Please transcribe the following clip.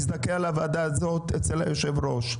אנחנו נזדכה על הוועדה הזו אצל היושב-ראש.